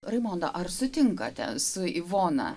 raimondą ar sutinkate su ivona